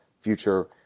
future